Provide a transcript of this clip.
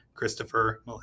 Christopher